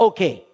Okay